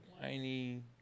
whiny